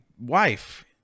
wife